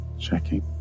checking